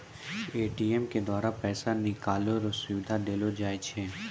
ATM के द्वारा पैसा निकालै रो सुविधा देलो जाय छै